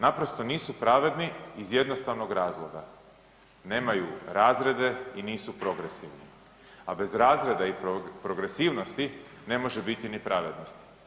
Naprosto nisu pravedni iz jednostavnog razloga, nemaju razrede i nisu progresivni, a bez razreda i progresivnosti ne može biti ni pravednosti.